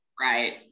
Right